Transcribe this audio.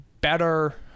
better